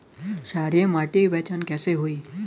क्षारीय माटी के पहचान कैसे होई?